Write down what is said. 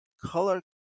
color